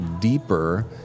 deeper